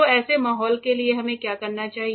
तो ऐसे माहौल के लिए हमें क्या चाहिए